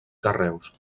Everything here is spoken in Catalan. carreus